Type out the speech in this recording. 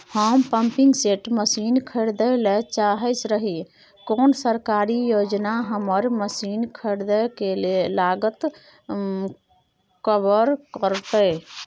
हम pumping set machine खरीदैय ल चाहैत रही कोन सरकारी योजना हमर मसीन खरीदय के लागत कवर करतय?